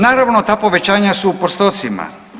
Naravno ta povećanja su u postocima.